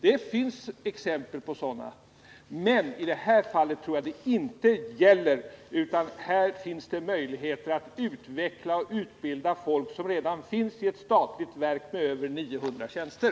Det finns exempel på detta, men i det här fallet tror jag inte att detta resonemang gäller. I det här statliga verket med över 900 tjänster måste det finnas möjligheter att utveckla och utbilda redan anställda personer.